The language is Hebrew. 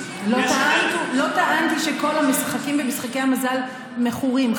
לא טענתי שכל המשחקים במשחקי המזל מכורים,